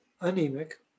anemic